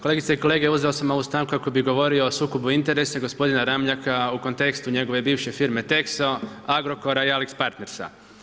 Kolegice i kolege uzeo sam ovu stanku kako bi govorio o sukobu interesa gospodina Ramljaka u kontekstu njegove bivše firme Texo, Agrokora i AlixPartnersa.